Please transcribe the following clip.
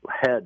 head